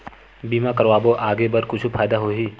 बीमा करबो आगे बर कुछु फ़ायदा होही?